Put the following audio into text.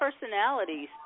personalities